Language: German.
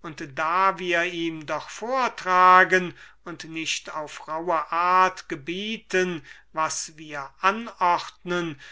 und da wir ihm doch vortragen und nicht aufrauhe artgebieten was wir anordnen